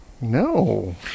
No